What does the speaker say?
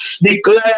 declare